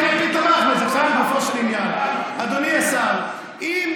עכשיו לגופו של עניין, אדוני השר, אם